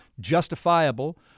justifiable